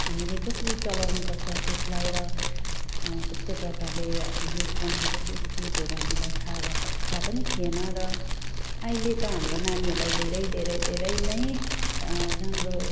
हामीले कसरी चलाउनुपर्छ त्यसलाई र कस्तो प्रकारले युज गर्नुपर्छ त्यो चिजहरू हामीलाई थाहा भयो थाहा पनि थिएन र अहिले त हाम्रो नानीहरूलाई धेरै धेरै धेरै नै राम्रो